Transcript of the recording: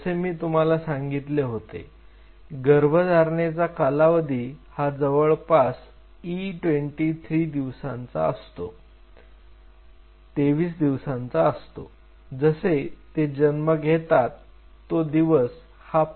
जसे मी तुम्हाला सांगितले होते गर्भधारणेचा कालावधी हा जवळपास E23 दिवसांचा असतो जसे ते जन्म घेतात तो दिवस हा p0 असतो